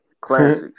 classics